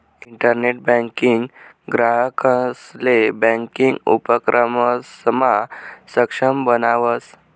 internet banking ग्राहकंसले banking उपक्रमसमा सक्षम बनावस